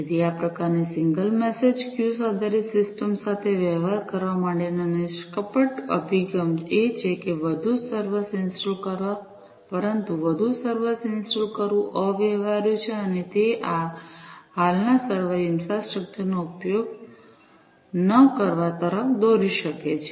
તેથી આ પ્રકારની સિંગલ મેસેજ ક્યુસ આધારિત સિસ્ટમ સાથે વ્યવહાર કરવા માટેનો નિષ્કપટ અભિગમ એ છે કે વધુ સર્વર્સ ઇન્સ્ટોલ કરવા પરંતુ વધુ સર્વર્સ ઇન્સ્ટોલ કરવું અવ્યવહારુ છે અને તે આ હાલના સર્વર ઇન્ફ્રાસ્ટ્રક્ચરનો યોગ્ય ઉપયોગ ન કરવા તરફ દોરી શકે છે